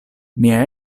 mia